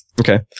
Okay